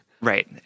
Right